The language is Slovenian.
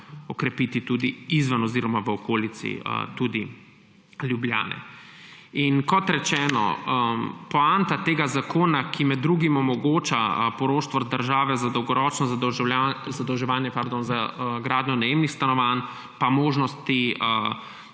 okrepiti tudi izven oziroma v okolici Ljubljane. In kot rečeno, poanta tega zakona, med drugim omogoča poroštvo države za dolgoročno zadolževanje za gradnjo najemnih stanovanj pa možnosti